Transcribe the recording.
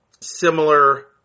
similar